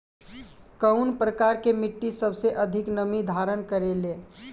कउन प्रकार के मिट्टी सबसे अधिक नमी धारण करे ले?